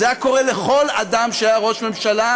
זה היה קורה לכל אדם שהיה ראש ממשלה,